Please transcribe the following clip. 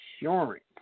insurance